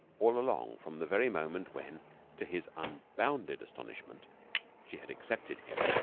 all along, from the very moment when to his unbounded astonishment she had accepted him,